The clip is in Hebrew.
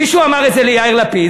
מישהו אמר את זה ליאיר לפיד,